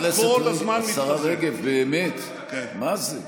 השרה רגב, באמת, מה זה?